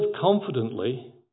confidently